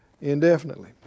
indefinitely